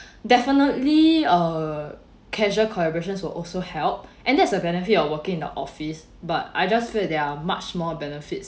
definitely uh casual collaborations will also help and there's a benefit of working in the office but I just feel there are much more benefits